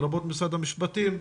לרבות משרד המשפטים,